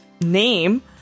name